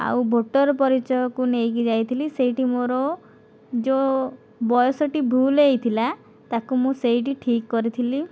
ଆଉ ଭୋଟର ପରିଚୟକୁ ନେଇକି ଯାଇଥିଲି ସେଇଠି ମୋ'ର ଯେଉଁ ବୟସଟି ଭୁଲ ହୋଇଥିଲା ତା'କୁ ମୁଁ ସେଇଠି ଠିକ୍ କରିଥିଲି